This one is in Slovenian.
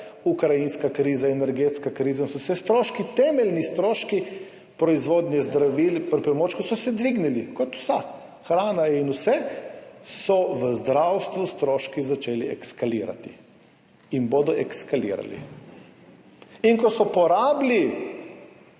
ukrajinska kriza, energetska kriza – so se stroški, temeljni stroški proizvodnje zdravil, pripomočkov dvignili. Kot vsa hrana in vse so v zdravstvu stroški začeli eskalirati in bodo eskalirali. In ko so porabili